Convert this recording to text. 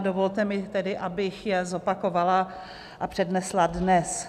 Dovolte mi tedy, abych je zopakovala a přednesla dnes.